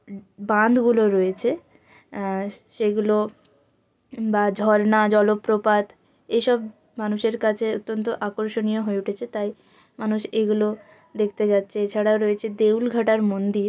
বাঁধগুলো রয়েছে সেগুলো বা ঝরণা জলপ্রপাত এসব মানুষের কাছে অত্যন্ত আকর্ষণীয় হয়ে উঠেছে তাই মানুষ এগুলো দেখতে যাচ্চে এছাড়াও রয়েছে দেউলঘাটার মন্দির